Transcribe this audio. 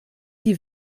die